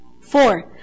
Four